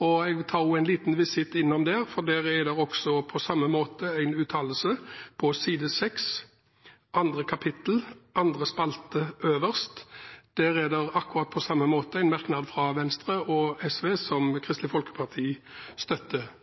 Jeg vil også ta en liten visitt innom den. Der er det på samme måten: Kristelig Folkeparti støtter merknaden fra Venstre og SV på side 6 under punkt 2, andre spalte, øverst.